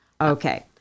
Okay